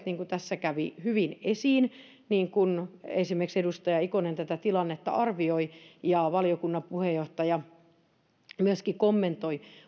niin kuin tässä kävi hyvin esiin kuten esimerkiksi edustaja ikonen tätä tilannetta arvioi ja valiokunnan puheenjohtaja myöskin kommentoi